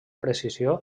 precisió